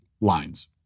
lines